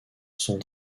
sont